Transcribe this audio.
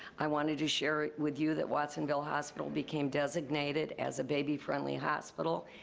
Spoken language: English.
i wanted to share it with you that watsonville hospital became designated as a baby-friendly hospital.